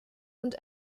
und